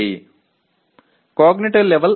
அறிவாற்றல் நிலை இன்னும் U